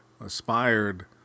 aspired